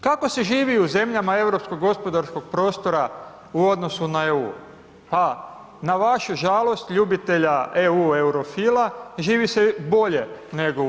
Kako se živi u zemljama Europskog gospodarskog prostora u odnosu na EU, pa na vašu žalost ljubitelja EU eurofila živi se bolje nego u EU.